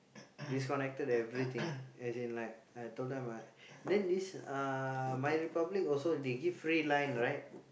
disconnected everything as in like I told them ah then this uh My-Republic also they give free line right